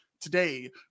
today